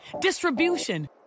distribution